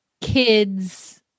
kids